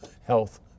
Health